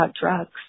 drugs